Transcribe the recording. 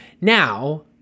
Now